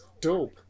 dope